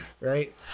right